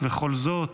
וכל זאת